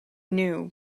knew